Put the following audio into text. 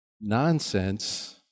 nonsense